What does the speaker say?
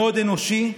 מאוד אנושי,